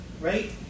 right